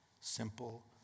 Simple